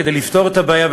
כדי לפתור את הבעיה,